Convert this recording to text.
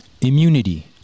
Immunity